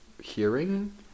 hearing